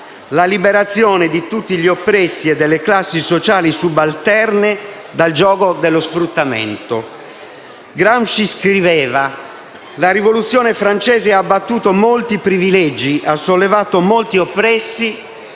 la liberazione di tutti gli oppressi e delle classi sociali subalterne dal giogo dello sfruttamento. Gramsci scriveva: «La Rivoluzione francese ha abbattuto molti privilegi, ha sollevato molti oppressi;